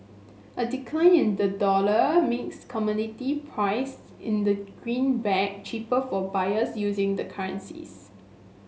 a decline in the dollar makes commodity priced in the greenback cheaper for buyers using the currencies